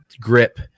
grip